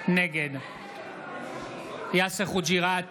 נגד יאסר חוג'יראת,